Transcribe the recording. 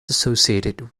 associated